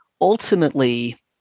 Ultimately